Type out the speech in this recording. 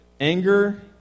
anger